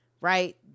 right